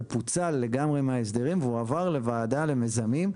הוא פוצל לגמרי מההסדרים והועבר לוועדה למיזמים,